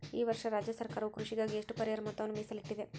ಈ ವರ್ಷ ರಾಜ್ಯ ಸರ್ಕಾರವು ಕೃಷಿಗಾಗಿ ಎಷ್ಟು ಪರಿಹಾರ ಮೊತ್ತವನ್ನು ಮೇಸಲಿಟ್ಟಿದೆ?